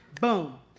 Boom